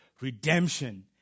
redemption